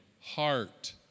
heart